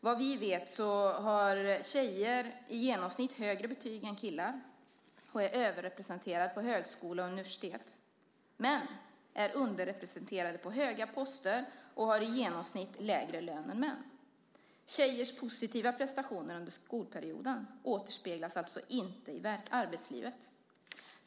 Vad vi vet så har tjejer i genomsnitt högre betyg än killar och är överrepresenterade på högskola och universitet, men de är underrepresenterade på höga poster och har i genomsnitt lägre lön än män. Tjejers positiva prestationer under skolperioden återspeglas alltså inte i arbetslivet.